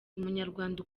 umunyarwanda